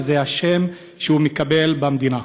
וזה השם שהוא מקבל במדינה.